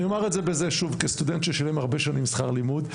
ואני אומר את זה שוב - סטודנט ששילם הרבה שנים שכר לימוד,